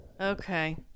Okay